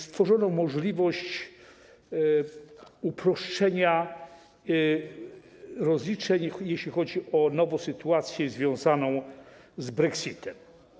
Stworzono także możliwość uproszczenia rozliczeń, jeśli chodzi o nową sytuację związaną z brexitem.